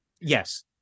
yes